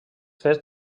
fet